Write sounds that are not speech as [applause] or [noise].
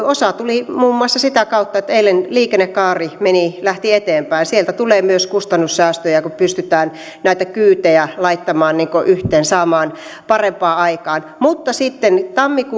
[unintelligible] osa tuli muun muassa sitä kautta että eilen liikennekaari lähti eteenpäin sieltä tulee myös kustannussäästöjä kun pystytään näitä kyytejä laittamaan yhteen saamaan parempaa aikaan mutta sitten